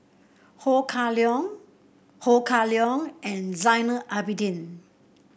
Ho Kah Leong Ho Kah Leong and Zainal Abidin